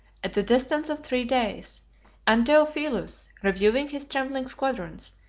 at the distance of three days and theophilus, reviewing his trembling squadrons,